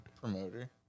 Promoter